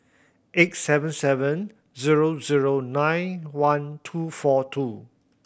eight seven seven zero zero nine one two four two